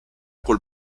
col